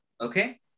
okay